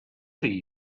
see